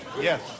yes